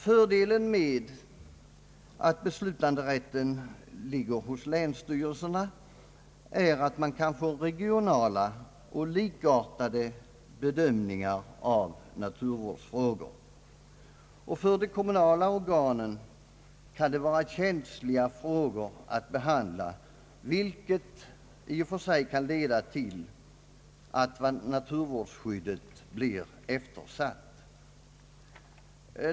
Fördelen med att beslutanderätten ligger hos länsstyrelserna är att man kan få regionala och likartade bedömningar i naturvårdsfrågor, och för de kommunala organen kan det vara känsliga frågor att behandla, vilket i och för sig kan leda till att naturvården blir eftersatt.